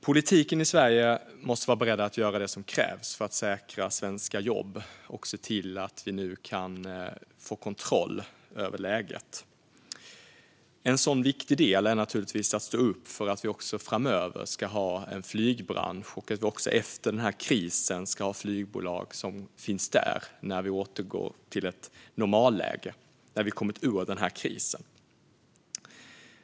Politiken i Sverige måste vara beredd att göra det som krävs för att säkra svenska jobb och se till att vi nu kan få kontroll över läget. En sådan viktig del är naturligtvis att stå upp för att vi också framöver ska ha en flygbransch. När vi har kommit ur krisen och återgår till ett normalläge ska det finnas flygbolag.